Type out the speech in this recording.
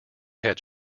had